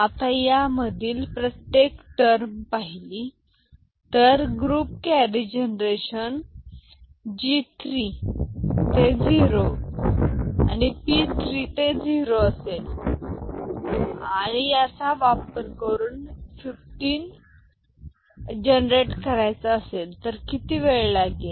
आता यामधील प्रत्येक टर्म पाहिली तर जर ग्रुप कॅरी जनरेशन G 3 ते 0 and P 3 ते 0 असेल आणि याचा वापर करून फिफ्टीन जनरेट करायचा असेल तर किती वेळ लागेल